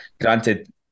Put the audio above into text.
granted